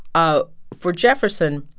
ah for jefferson,